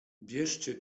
bierzcie